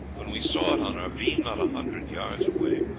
when we saw it on our beam, not a hundred yards away.